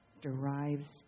derives